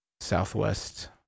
Southwest